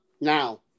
now